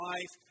Life